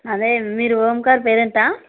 అదే మీరు ఓంకార్ పేరెంటా